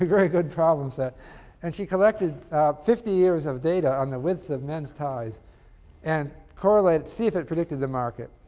very good problem set and she collected fifty years of data on the width of men's ties and correlated to see if it predicted the market.